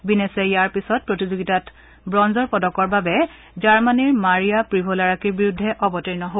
বিনেশে ইয়াৰ পিছত প্ৰতিযোগিতাত ব্ৰঞ্জৰ পদকৰ বাবে জাৰ্মনীৰ মাৰীয়া প্ৰিভলৰোকীৰ বিৰুদ্ধে অৱতীৰ্ণ হয়